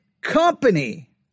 company